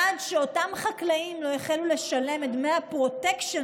עד שאותם חקלאים לא החלו לשלם את דמי הפרוטקשן